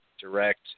direct